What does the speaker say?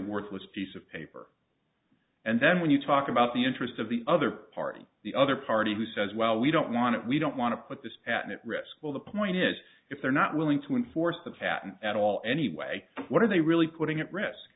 worthless piece of paper and then when you talk about the interest of the other party the other party who says well we don't want it we don't want to put this at risk well the point is if they're not willing to enforce the patent at all anyway what are they really putting at risk